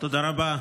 תודה רבה.